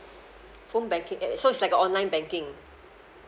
phone banking err so it's like a online banking